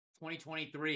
2023